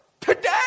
Today